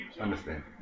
Understand